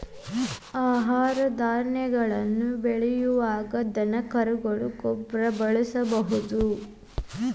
ಆಹಾರ ಧಾನ್ಯಗಳನ್ನ ಬೆಳಿಯುವಾಗ ದನಕರುಗಳ ಗೊಬ್ಬರಾ ಬಳಸುದು